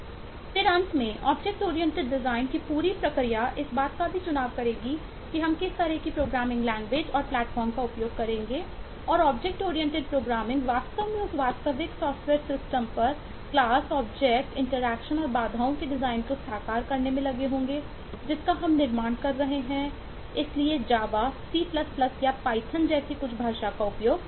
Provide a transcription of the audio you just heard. फिर अंत में ऑब्जेक्ट ओरिएंटेड डिज़ाइन जैसी कुछ भाषा का उपयोग करेंगे